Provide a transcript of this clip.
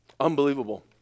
unbelievable